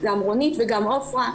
גם נורית וגם עפרה,